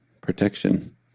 protection